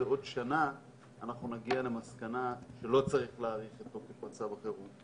עוד שנה אנחנו נגיע למסקנה שלא צריך להאריך את תוקף מצב החירום.